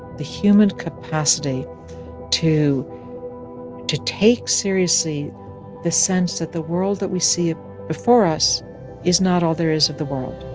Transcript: the human capacity to to take seriously the sense that the world that we see before us is not all there is of the world